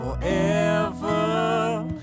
Forever